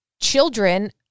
children